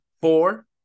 four